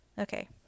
okay